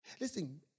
Listen